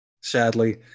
Sadly